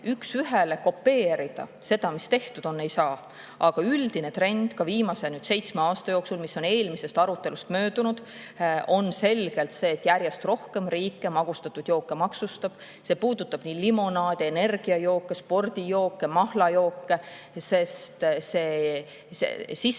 üks ühele kopeerida seda, mis tehtud on, ei saa. Aga üldine trend viimase seitsme aasta jooksul, mis on eelmisest arutelust möödunud, on selgelt see, et järjest rohkem riike magustatud jooke maksustab. See puudutab nii limonaadi, energiajooki, spordijooki kui ka mahlajooki, sest see sissejoodav